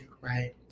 right